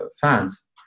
fans